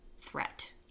threat